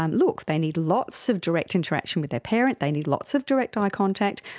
um look, they need lots of direct interaction with their parent, they need lots of direct eye contact,